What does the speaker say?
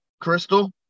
crystal